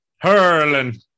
hurling